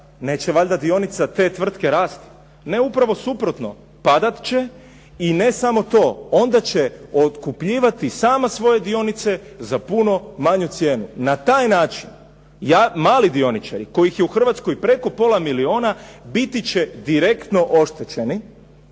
neće valjda dionica te tvrtke rasti. Ne, upravo suprotno. Padat će, i ne samo to, onda će otkupljivati sama svoje dionice za puno manju cijenu. Na taj način mali dioničari kojih je u Hrvatskoj preko pola milijuna biti će direktno oštećeni